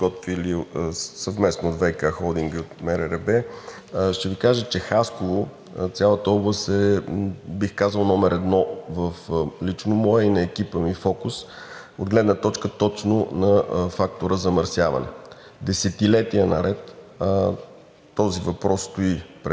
подготвили съвместно от ВиК холдинга и от МРРБ, ще Ви кажа, че Хасково, цялата област, е, бих казал, номер едно в лично мое и на екипа ми фокус от гледна точка точно на фактора „замърсяване“. Десетилетия наред този въпрос стои пред